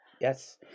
Yes